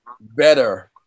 better